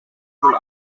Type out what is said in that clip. wohl